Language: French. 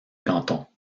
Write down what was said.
canton